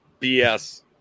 BS